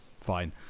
fine